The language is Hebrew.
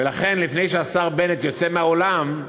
ולכן, לפני שהשר בנט יוצא מהאולם,